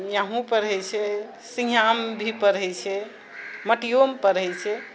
यहूँ पढ़ै छै सिंघियामे भी पढ़ै छै माटियोमे पढ़ै छै